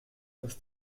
dass